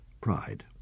pride